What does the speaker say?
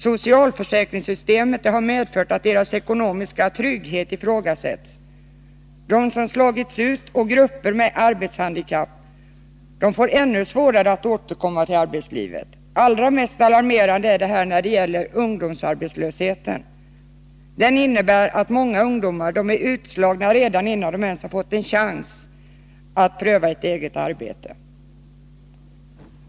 Socialförsäkringssystemet har medfört att deras ekonomiska trygghet ifrågasätts. De som slagits ut och de som tillhör grupper med arbetshandikapp får ännu svårare att återkomma till arbetslivet. Allra mest alarmerande är den kraftigt ökade ungdomsarbetslösheten, som innebär att många ungdomar är utslagna redan innan de ens fått en chans att pröva ett eget arbete.